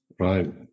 Right